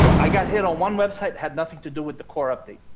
i got hit on one website had nothing to do with the core update,